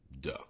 Duh